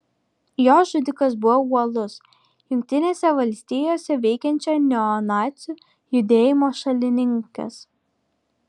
jos žudikas buvo uolus jungtinėse valstijose veikiančio neonacių judėjimo šalininkas